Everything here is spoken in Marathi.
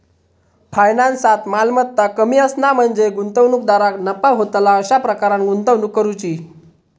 फायनान्सात, मालमत्ता कमी असणा म्हणजे गुंतवणूकदाराक नफा होतला अशा प्रकारान गुंतवणूक करुची